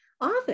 often